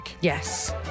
Yes